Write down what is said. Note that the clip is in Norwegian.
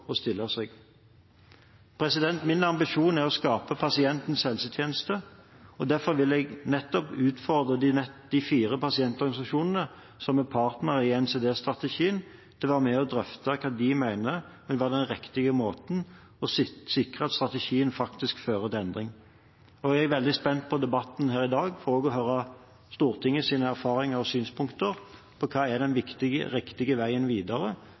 stille seg. Min ambisjon er å skape pasientenes helsetjeneste. Derfor vil jeg utfordre nettopp de fire pasientorganisasjonene som er partnere i NCD-strategien, til å være med og drøfte hva de mener vil være den riktige måten å sikre at strategien faktisk fører til endring. Jeg er veldig spent på debatten her i dag, også for å få høre Stortingets erfaringer og synspunkter på hva som er den riktige veien videre